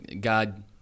God